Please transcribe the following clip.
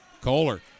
Kohler